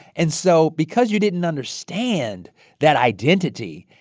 and so because you didn't understand that identity,